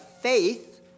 faith